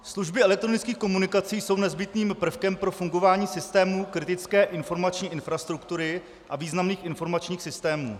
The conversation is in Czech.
Služby elektronických komunikací jsou nezbytným prvkem pro fungování systému kritické informační infrastruktury a významných informačních systémů.